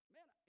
Man